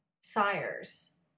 sires